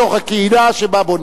אבל זה נשאר בתוך הקהילה שבה בונים.